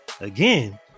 again